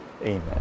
Amen